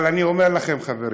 אבל אני אומר לכם, חברים,